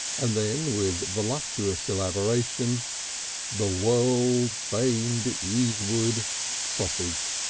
and then with voluptuous elaboration the world-famed easewood sausage.